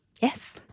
Yes